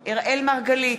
אראל מרגלית,